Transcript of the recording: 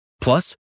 Plus